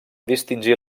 distingir